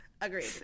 Agreed